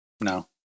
No